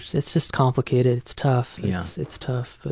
it's just complicated. it's tough. yeah it's tough.